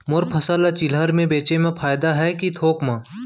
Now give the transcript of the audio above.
मोर फसल ल चिल्हर में बेचे म फायदा है के थोक म?